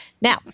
Now